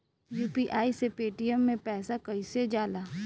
UPI से Paytm मे पैसा कइसे जाला?